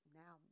now